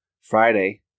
Friday